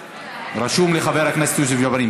רשום לי חבר הכנסת יוסף ג'בארין.